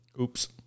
Oops